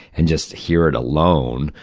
and just hear it alone,